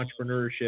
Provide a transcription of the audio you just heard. entrepreneurship